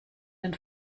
denn